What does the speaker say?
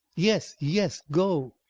yes, yes. go!